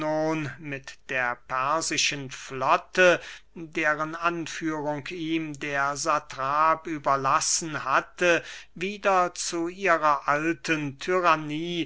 mit der persischen flotte deren anführung ihm der satrap überlassen hatte wieder zu ihrer alten tyrannie